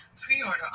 Pre-order